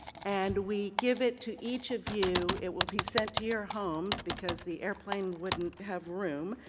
and we give it to each of you. it will be sent to your homes, because the airplane wouldn't have room.